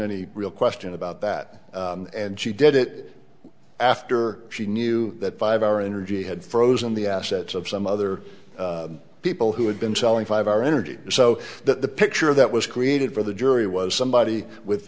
any real question about that and she did it after she knew that five hour energy had frozen the assets of some other people who had been selling five hour energy so that the picture that was created for the jury was somebody with